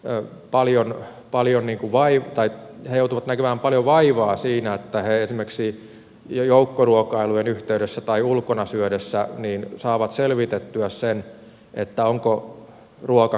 ja paljon paljon niinku keliaakikot joutuvat näkemään paljon vaivaa siinä että he esimerkiksi joukkoruokailujen yhteydessä tai ulkona syödessä saavat selvitettyä sen onko ruoka gluteenitonta